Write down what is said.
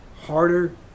harder